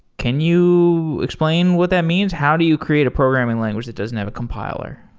can you explain what that means? how do you create a programming language that doesn't have a compiler?